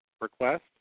request